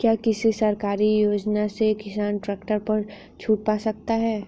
क्या किसी सरकारी योजना से किसान ट्रैक्टर पर छूट पा सकता है?